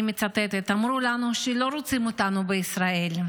אני מצטטת: אמרו לנו שלא רוצים אותנו בישראל,